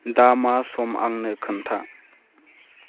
दा मा सम आंनो खोन्था